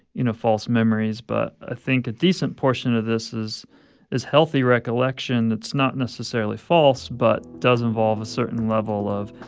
you know, false memories. but i think a decent portion of this is is healthy recollection that's not necessarily false but does involve a certain level of,